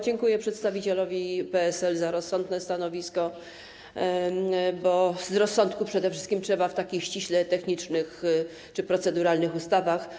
Dziękuję przedstawicielowi PSL za rozsądne stanowisko, bo to przede wszystkim rozsądku trzeba w takich ściśle technicznych czy proceduralnych ustawach.